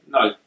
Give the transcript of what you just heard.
No